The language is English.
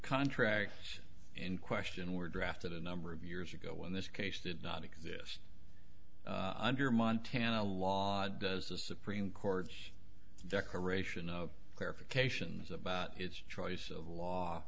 contract in question were drafted a number of years ago when this case did not exist under montana law does the supreme court's decoration of clarifications about its choice of law